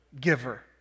giver